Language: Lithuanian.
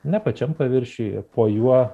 ne pačiam paviršiuje po juo